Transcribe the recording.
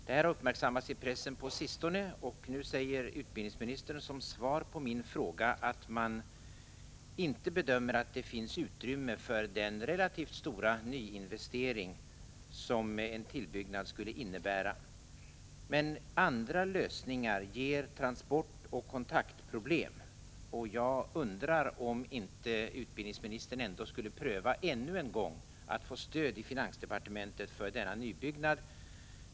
Detta har på sistone uppmärksammats också i pressen. Utbildningsministern säger nu som svar på min fråga att man inte bedömer att det finns utrymme för den relativt stora nyinvestering som en tillbyggnad skulle innebära. Men andra lösningar ger transportoch kontaktproblem. Jag undrar om inte utbildningsministern ännu en gång borde pröva att få stöd i finansdepartementet för en nybyggnad.